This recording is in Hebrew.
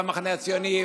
ו"המחנה הציוני",